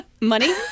Money